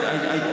לא הילדים שלי.